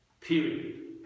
Period